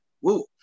woo